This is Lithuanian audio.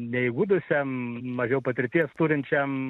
neįgudusiam mažiau patirties turinčiam